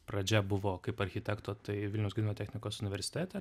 pradžia buvo kaip architekto tai vilniaus gedimino technikos universitete